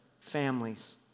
families